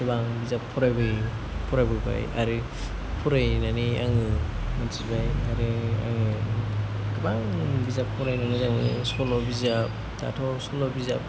गोबां बिजाब फरायबोयो फरायबोबाय आरो फरायनानै आङो मिन्थिबाय आरो आङो गोबां बिजाब फरायनो मोजां मोनो सल' बिजाब दाथ' सल' बिजाब